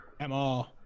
mr